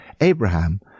Abraham